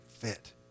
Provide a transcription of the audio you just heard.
fit